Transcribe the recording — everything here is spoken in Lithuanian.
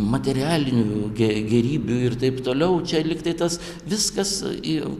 materialinių gė gėrybių ir taip toliau čia lyg tai tas viskas į